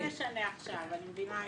זה לא משנה עכשיו, אני מבינה את זה.